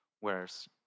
Whereas